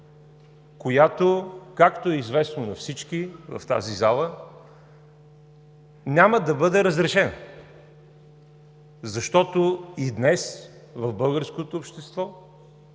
която, както е известно на всички в тази зала, няма да бъде разрешена, защото и днес в българското общество